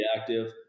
active